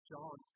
John